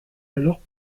alors